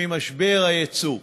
וממשבר היצוא,